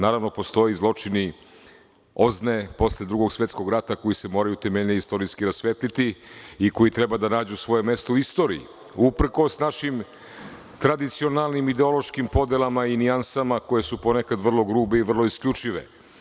Naravno, postoje zločini OZNE posle Drugog svetskog rata koji se moraju temeljnije istorijski rasvetliti i koji treba da nađu svoje mesto u istoriji uprkos našim tradicionalnim ideološki podelama i nijansama koje su ponekad vrlo grube i vrlo isključive.